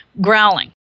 Growling